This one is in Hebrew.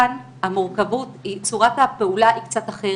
כאן צורת הפעולה קצת שונה.